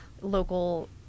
local